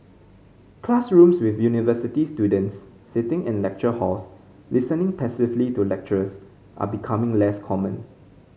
classrooms with university students sitting in lecture halls listening passively to lecturers are becoming less common